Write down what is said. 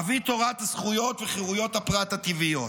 אבי תורת זכויות הפרט וחירויות הפרט הטבעיות.